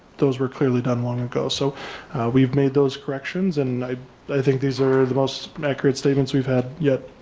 those were clearly done long ago. so we've made those corrections and i think these are the most accurate statements we've had yet.